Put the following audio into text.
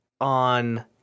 on